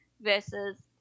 versus